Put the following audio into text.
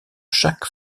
chaque